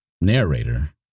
narrator